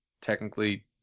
technically